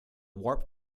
warp